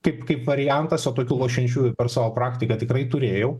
kaip kaip variantas o tokių lošiančiųjų per savo praktiką tikrai turėjau